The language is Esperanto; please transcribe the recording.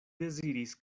deziris